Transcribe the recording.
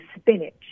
spinach